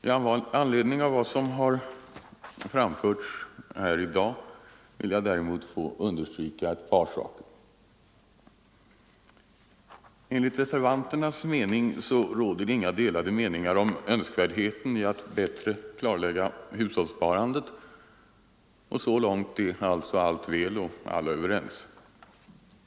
Med anledning av vad som har framförts här i dag vill jag dock understryka ett par saker. Enligt reservanternas åsikt råder det inga delade meningar om önskvärdheten av att bättre klarlägga hushållssparandet, och så långt är alltså allt väl och alla överens.